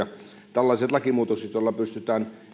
tällaiset lakimuutokset joilla pystytään